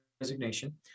resignation